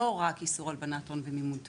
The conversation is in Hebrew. לא רק איסור הלבנת הון ומימון טרור,